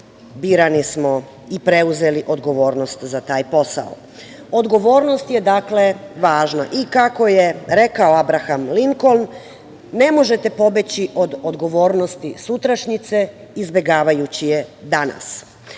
birani smo i preuzeli odgovornost za taj posao. Odgovornost je dakle važna i kako je rekao Abraham Linkoln ne možete pobeći od odgovornosti sutrašnjice izbegavajući je